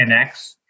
10X